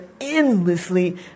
endlessly